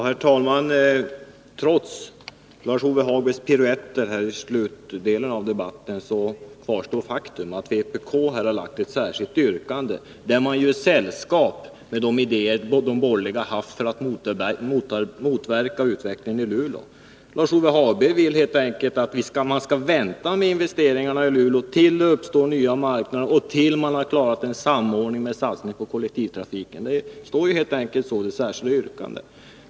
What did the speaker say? Herr talman! Trots Lars-Ove Hagbergs piruetter i slutet av debatten kvarstår faktum, att vpk lagt fram ett särskilt yrkande där man gjort sällskap med de idéer som de borgerliga har haft för att motarbeta utvecklingen i Luleå. Lars-Ove Hagberg vill helt enkelt att man skall vänta med investeringarna i Luleå tills det uppstår nya marknader och tills man har klarat av samordningen med satsning på kollektivtrafiken. Det står helt enkelt så i det särskilda yrkandet.